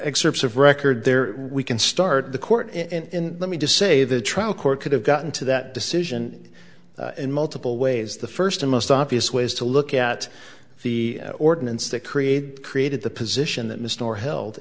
excerpts of record there we can start the court and let me just say the trial court could have gotten to that decision in multiple ways the first and most obvious ways to look at the ordinance to create created the position that mr held